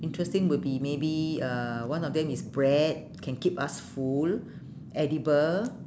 interesting would be maybe uh one of them is bread can keep us full edible